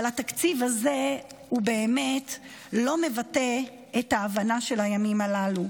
אבל התקציב הזה באמת לא מבטא את ההבנה של הימים הללו.